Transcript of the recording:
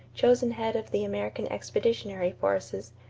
chosen head of the american expeditionary forces,